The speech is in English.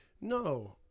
No